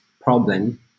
problem